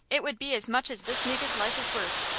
it would be as much as this niggah's life is worth.